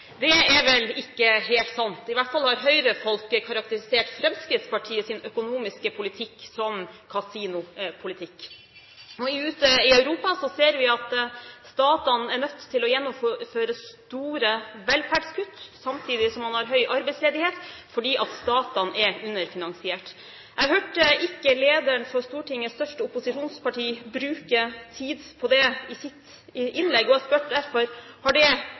Det er vel ikke helt sant. I hvert fall har Høyre-folk karakterisert Fremskrittspartiets økonomiske politikk som kasinopolitikk. Ute i Europa ser vi at statene er nødt til å gjennomføre store velferdskutt, samtidig som man har høy arbeidsledighet fordi statene er underfinansiert. Jeg hørte ikke lederen for Stortingets største opposisjonsparti bruke tid på det i sitt innlegg. Jeg spør derfor: Har ikke det